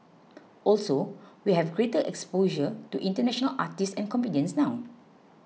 also we have greater exposure to international artists and comedians now